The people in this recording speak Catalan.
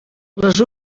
les